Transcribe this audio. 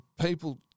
people